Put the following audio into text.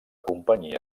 companyia